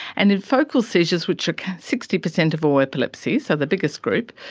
and in focal seizures, which are sixty percent of all epilepsy, so the biggest group,